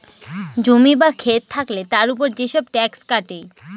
জমি বা খেত থাকলে তার উপর যেসব ট্যাক্স কাটে